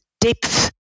depth